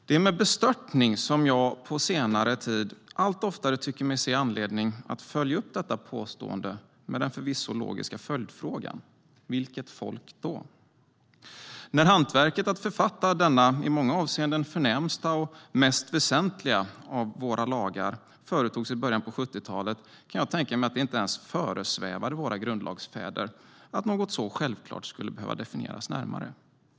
Det är med bestörtning som jag på senare tid allt oftare tycker mig se anledning att följa upp detta påstående med den förvisso logiska följdfrågan: Vilket folk då? När hantverket att författa denna i många avseenden förnämsta och mest väsentliga av våra lagar företogs i början av 70-talet kan jag tänka mig att det inte ens föresvävade våra grundslagsfäder att något så självklart skulle behöva definieras närmare.